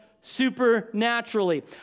supernaturally